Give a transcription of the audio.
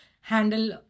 handle